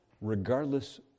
regardless